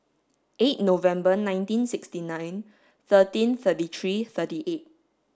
eight November nineteen sixty nine thirteen thirty three thirty eight